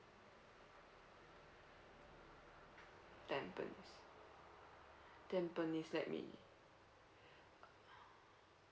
tampines tampines let's me